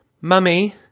Mummy